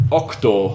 octo